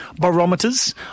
barometers